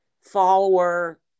follower